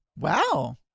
Wow